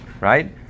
Right